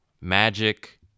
magic